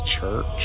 church